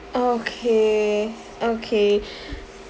okay okay